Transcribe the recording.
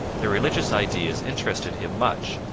their religious ideas interested him much,